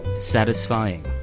satisfying